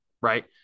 right